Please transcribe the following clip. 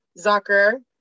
Zucker